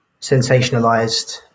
sensationalized